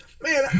Man